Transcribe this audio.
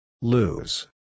Lose